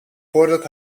voordat